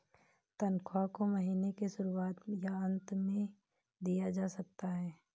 तन्ख्वाह को महीने के शुरुआत में या अन्त में दिया जा सकता है